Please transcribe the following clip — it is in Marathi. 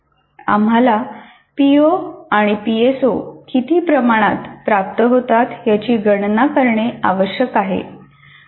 आम्हाला पीओ आणि पीएसओ किती प्रमाणात प्राप्त होतात याची गणना करणे आवश्यक आहे